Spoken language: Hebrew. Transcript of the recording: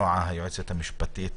נועה היועצת המשפטית